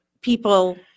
people –